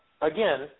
again